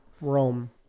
Rome